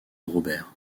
robert